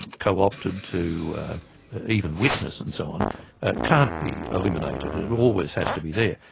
co-opted to even witness and so on can't be eliminated. it always has to be there.